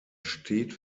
steht